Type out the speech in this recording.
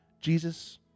Jesus